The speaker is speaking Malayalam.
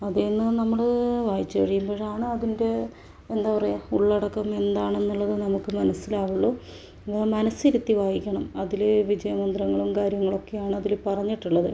അതിന്ന് നമ്മള് വായിച്ച് കഴിയുമ്പളാണ് അതിൻ്റെ എന്താ പറയുക ഉള്ളടക്കം എന്താണെന്നുള്ളത് നമുക്ക് മനസ്സിലാവുള്ളൂ മനസ്സിരുത്തി വായിക്കണം അതില് വിജയമന്ത്രങ്ങളും കാര്യങ്ങളൊക്കെയാണ് അതില് പറഞ്ഞിട്ടുള്ളത്